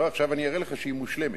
לא, עכשיו אראה לך שהיא מושלמת.